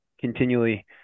continually